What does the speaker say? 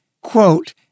quote